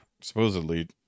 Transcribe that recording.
supposedly